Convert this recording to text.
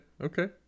okay